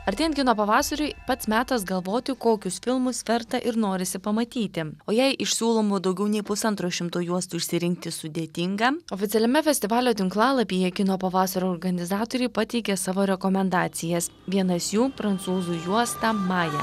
artėjant kino pavasariui pats metas galvoti kokius filmus verta ir norisi pamatyti o jei iš siūlomų daugiau nei pusantro šimto juostų išsirinkti sudėtinga oficialiame festivalio tinklalapyje kino pavasario organizatoriai pateikė savo rekomendacijas vienas jų prancūzų juosta maja